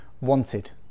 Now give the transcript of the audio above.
Wanted